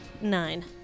nine